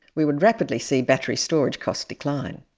we would rapidly see battery storage costs decline.